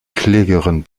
klägerin